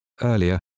earlier